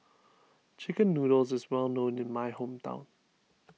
Chicken Noodles is well known in my hometown